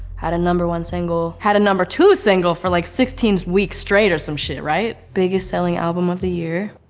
had a number one single, had a number two single for like sixteen weeks straight or some shit, right. biggest selling album of the year.